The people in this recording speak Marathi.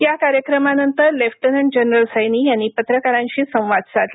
या कार्यक्रमानंतर लेफ्टनंट जनरल सैनी यांनी पत्रकारांशी संवाद साधला